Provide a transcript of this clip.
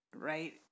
right